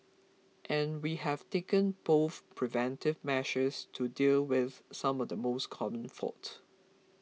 and we have taken both preventive measures to deal with some of the most common faults